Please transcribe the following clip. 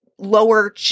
lower